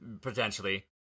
potentially